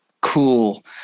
cool